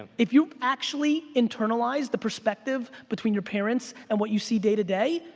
um if you actually internalize the perspective between your parents and what you see day to day,